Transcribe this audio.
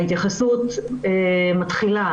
ההתייחסות מתחילה,